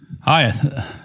Hi